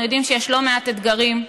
אנחנו יודעים שיש לא מעט אתגרים.